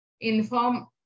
inform